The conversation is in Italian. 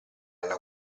alla